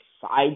side